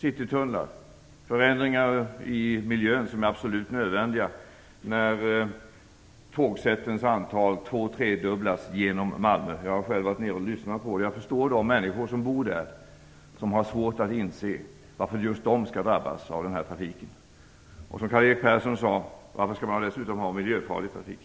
Citytunneln och förändringar i miljön är absolut nödvändiga när tågsättens antal två eller tredubblas genom Malmö. Jag har själv varit nere och lyssnat på de människor som bor där. Jag förstår dem som har svårt att inse varför just de skall drabbas av den här trafiken. Varför skall det gå miljöfarlig trafik